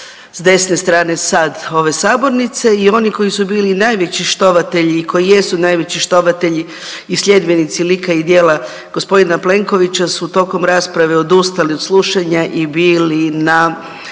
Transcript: s desne strane, sad, ove sabornice i oni koji su bili najveći štovatelji i koji jesu najveći štovatelji i sljedbenici lika i djela g. Plenkovića su tokom rasprave odustali od slušanja i bili na